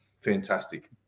fantastic